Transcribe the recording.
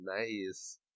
nice